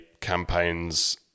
campaign's